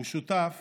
הוא שותף